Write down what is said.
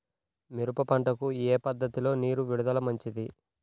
మిరప పంటకు ఏ పద్ధతిలో నీరు విడుదల మంచిది?